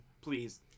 please